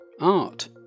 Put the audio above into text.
art